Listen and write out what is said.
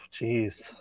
Jeez